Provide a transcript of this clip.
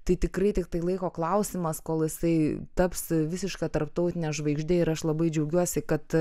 tai tikrai tiktai laiko klausimas kol jisai taps visiška tarptautine žvaigžde ir aš labai džiaugiuosi kad